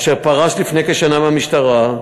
אשר פרש לפני כשנה מהמשטרה,